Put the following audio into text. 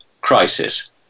crisis